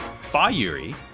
Fa-Yuri